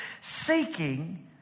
Seeking